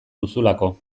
duzulako